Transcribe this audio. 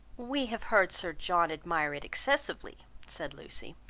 we have heard sir john admire it excessively, said lucy,